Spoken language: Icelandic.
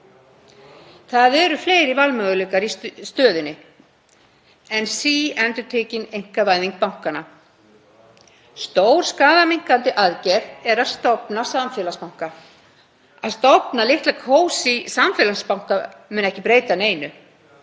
Það eru fleiri valmöguleikar í stöðunni en síendurtekin einkavæðing bankanna. Stór skaðaminnkandi aðgerð er að stofna samfélagsbanka. Að stofna litla kósí samfélagsbanka mun ekki breyta neinu